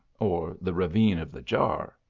or the ravine of the jar.